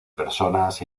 personas